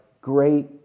great